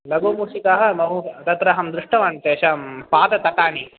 लघुमूषिकाः बहु तत्र अहं दृष्टवान् तेषां पादतटानि